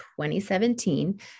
2017